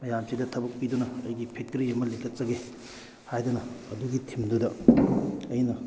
ꯃꯌꯥꯝꯁꯤꯗ ꯊꯕꯛ ꯄꯤꯗꯨꯅ ꯑꯩꯒꯤ ꯐꯦꯛꯇꯔꯤ ꯑꯃ ꯂꯤꯡꯈꯠꯆꯒꯦ ꯍꯥꯏꯗꯅ ꯑꯗꯨꯒꯤ ꯊꯤꯝꯗꯨꯗ ꯑꯩꯅ